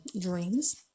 dreams